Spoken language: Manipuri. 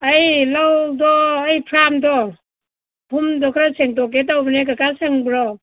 ꯑꯩ ꯂꯧꯗꯣ ꯑꯩ ꯐ꯭ꯔꯥꯝꯗꯣ ꯐꯨꯝꯗꯣ ꯈꯔ ꯁꯦꯡꯗꯣꯛꯀꯦ ꯇꯧꯕꯅꯦ ꯀꯀꯥ ꯁꯪꯕ꯭ꯔꯣ